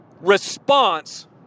response